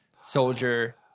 Soldier